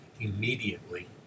immediately